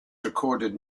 recorded